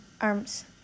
arms